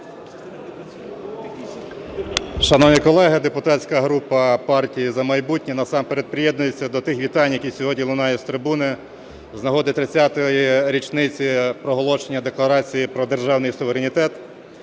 Шановні колеги, депутатська група "Партія "За майбутнє" насамперед приєднується до тих вітань, які сьогодні лунають з трибуни з нагоди 30 річниці проголошення Декларації про державний суверенітет.